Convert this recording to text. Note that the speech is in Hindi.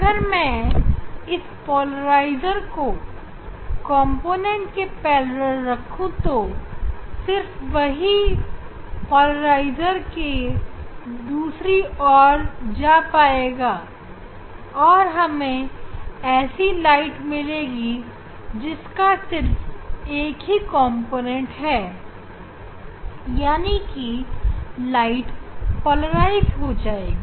अगर मैं इस पोलराइजर को कॉम्पोनेंटके समांतर रखें तो सिर्फ वहीं पोलराइजर के दूसरी तरफ जा पाएगा और हमें ऐसी प्रकाश मिलेगा जिसका सिर्फ एक ही कॉम्पोनेंटहै यानी कि प्रकाश पोलराइज हो जाएगी